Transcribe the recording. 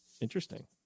Interesting